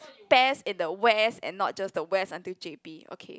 best in the West and not just the West until J_B okay